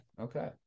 Okay